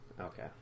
Okay